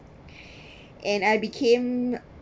and I became